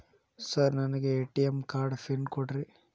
Sir ನನಗೆ ATM card pin ಕೊಡ್ರಿ?